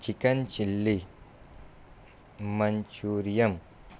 chicken chilli manchurian